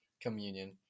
communion